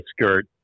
skirt